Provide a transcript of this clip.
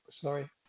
sorry